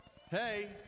Hey